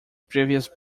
previous